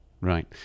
Right